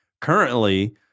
Currently